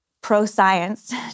pro-science